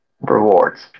rewards